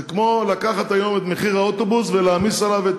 זה כמו לקחת היום את מחיר האוטובוס ולהעמיס עליו את